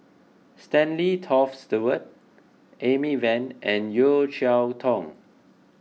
Stanley Toft Stewart Amy Van and Yeo Cheow Tong